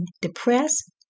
depressed